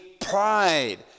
pride